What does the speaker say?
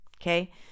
Okay